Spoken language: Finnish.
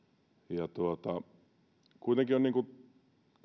myydään kuitenkin on